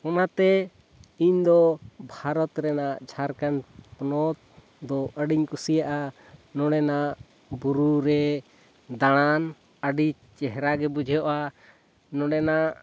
ᱚᱱᱟᱛᱮ ᱤᱧᱫᱚ ᱵᱷᱟᱨᱚᱛ ᱨᱮᱱᱟᱜ ᱡᱷᱟᱲᱠᱷᱚᱸᱰ ᱯᱚᱱᱚᱛᱫᱚ ᱟᱹᱰᱤᱧ ᱠᱩᱥᱤᱭᱟᱜᱼᱟ ᱱᱚᱰᱮᱱᱟᱜ ᱵᱩᱨᱩᱨᱮ ᱫᱟᱬᱟᱱ ᱟᱹᱰᱤ ᱪᱮᱦᱨᱟᱜᱮ ᱵᱩᱡᱷᱟᱹᱜᱼᱟ ᱱᱚᱰᱮᱱᱟᱜ